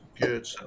good